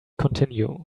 continue